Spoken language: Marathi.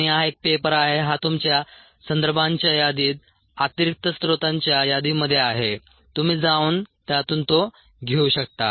आणि हा एक पेपर आहे हा तुमच्या संदर्भांच्या यादीत अतिरिक्त स्त्रोतांच्या यादीमध्ये आहे तुम्ही जाऊन त्यातून तो घेऊ शकता